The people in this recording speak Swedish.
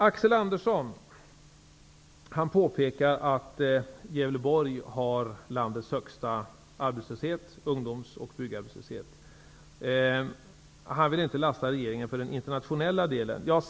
Axel Andersson påpekade att Gävleborg har landets högsta ungdoms och byggarbetslöshet. Han vill inte lasta regeringen för den internationella delen.